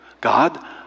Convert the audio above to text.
God